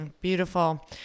Beautiful